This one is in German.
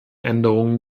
änderungen